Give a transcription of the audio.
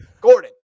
Gordon